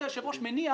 שכבוד היושב-ראש מניח